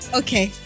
okay